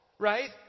Right